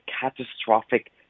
catastrophic